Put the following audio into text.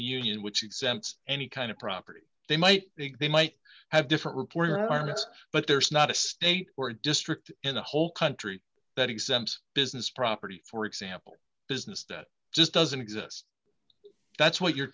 new union which exempts any kind of property they might think they might have different reporter are nuts but there's not a state or district in the whole country that exempts business property for example business that just doesn't exist that's what you're